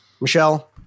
Michelle